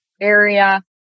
area